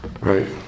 right